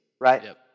right